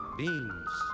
beans